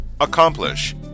Accomplish